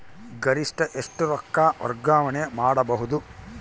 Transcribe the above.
ಗರಿಷ್ಠ ಎಷ್ಟು ರೊಕ್ಕ ವರ್ಗಾವಣೆ ಮಾಡಬಹುದು?